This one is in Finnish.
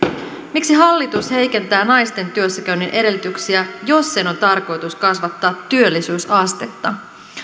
miksi hallitus heikentää naisten työssäkäynnin edellytyksiä jos sen on tarkoitus kasvattaa työllisyysastetta